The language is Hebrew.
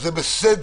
זה בסדר.